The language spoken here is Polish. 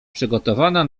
przygotowana